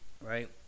right